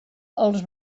els